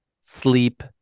sleep